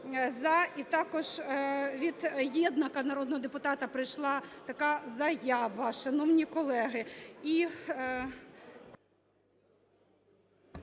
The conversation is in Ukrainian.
І також відЄднака, народного депутата, прийшла така заява, шановні колеги.